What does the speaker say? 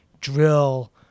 drill